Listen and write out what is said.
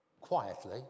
quietly